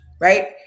Right